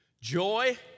Joy